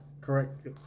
Correct